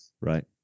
Right